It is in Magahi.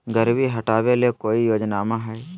गरीबी हटबे ले कोई योजनामा हय?